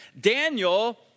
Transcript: Daniel